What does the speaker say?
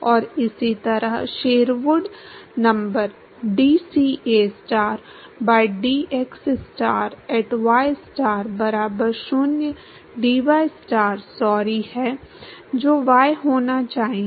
और इसी तरह शेरवुड number dCAstar by dxstar at ystar बराबर 0 dyस्टार सॉरी है जो y होना चाहिए